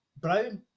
brown